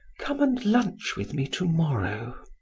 come and lunch with me to-morrow.